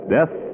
Death